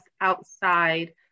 outside